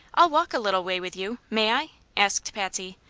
i'll walk a little way with you may i? asked patsy,